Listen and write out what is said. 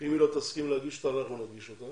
שאם היא לא תסכים להגיש אותה, אנחנו נגיש אותה.